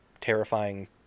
terrifying